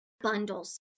bundles